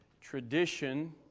tradition